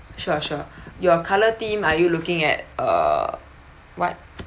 sure sure your colour theme are you looking at uh what